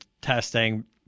testing